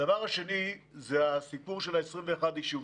הדבר השני, זה הסיפור של 21 היישובים.